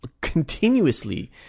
continuously